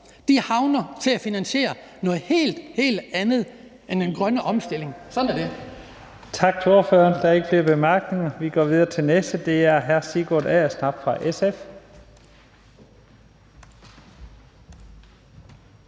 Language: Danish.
havner i at finansiere noget helt, helt andet end den grønne omstilling. Sådan er det.